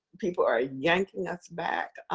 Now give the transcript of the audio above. people are yanking us back.